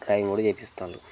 drawing కూడా చేయిస్తుండ్రు